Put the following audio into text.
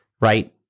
right